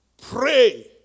pray